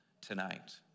tonight